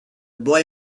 boy